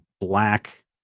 black